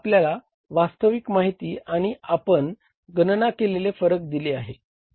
आपल्याला वास्तविक माहिती आणि आपण गणना केलेले फरक दिले आहे